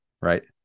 right